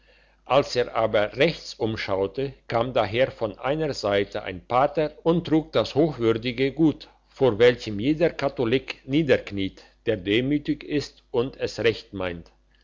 als er aber rechts umschaute kam daher von einer seite ein pater und trug das hochwürdige gut vor welchem jeder katholik niederkniet der demütig ist und es recht meint